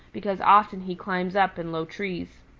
because often he climbs up in low trees.